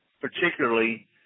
particularly